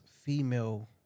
female